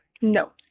no